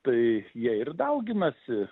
tai jie ir dauginasi